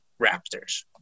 Raptors